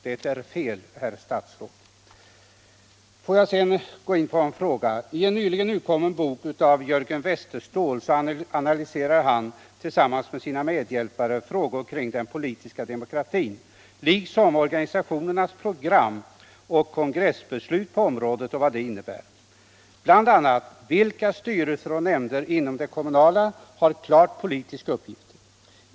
Det är fel att påstå något sådant, herr statsråd. I en nyligen utkommen bok analyserar Jörgen Westerståhl tillsammans med sina medhjälpare frågor kring den politiska demokratin liksom vad organisationernas program och kongressbeslut på området innebär. Bl. a. ställs frågan: Vilka kommunala styrelser och nämnder har en klar politisk uppgift?